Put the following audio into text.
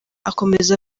akomeza